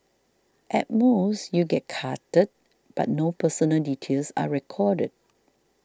at most you get carded but no personal details are recorded